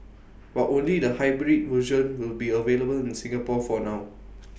but only the hybrid version will be available in Singapore for now